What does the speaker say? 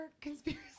conspiracy